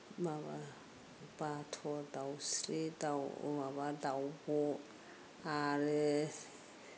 माबा बाथ' दाउस्रि दाउ माबा दाउब' आरो